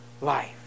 life